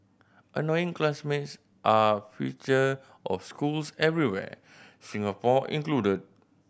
annoying classmates are feature of schools everywhere Singapore included